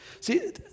See